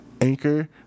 Anchor